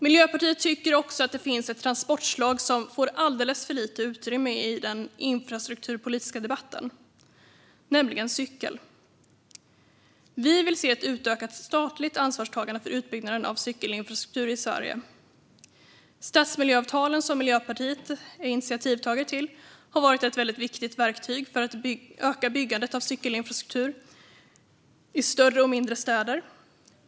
Miljöpartiet tycker också att det finns ett transportslag som får alldeles för lite utrymme i den infrastrukturpolitiska debatten, nämligen cykel. Vi vill se ett utökat statligt ansvarstagande för utbyggnad av cykelinfrastruktur i Sverige. Stadsmiljöavtalen, som Miljöpartiet är initiativtagare till, har varit ett väldigt viktigt verktyg för att öka byggandet av cykelinfrastruktur i större och mindre städer.